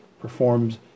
performs